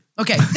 Okay